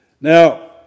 Now